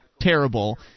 terrible